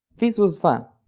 this was fun,